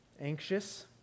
Anxious